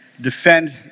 defend